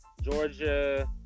Georgia